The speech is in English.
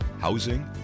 housing